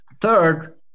Third